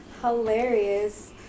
Hilarious